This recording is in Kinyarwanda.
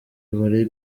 muri